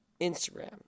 Instagram